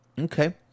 Okay